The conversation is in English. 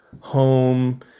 home